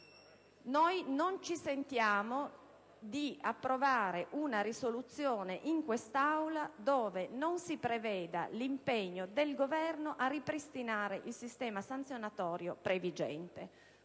oggi non ci sentiamo di approvare una risoluzione in quest'Aula dove non si preveda l'impegno del Governo a ripristinare il sistema sanzionatorio previgente.